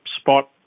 spot